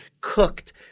cooked –